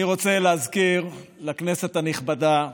אני רוצה להזכיר לכנסת הנכבדה,